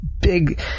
big